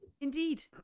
Indeed